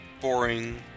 boring